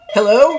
Hello